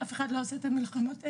אף אחד לא נלחם את המלחמות האלה,